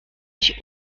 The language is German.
ich